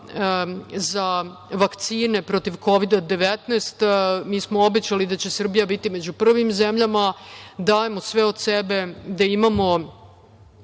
za vakcine protiv Kovida 19.Mi smo obećali da će Srbija biti među prvim zemljama. Dajemo sve od sebe da imamo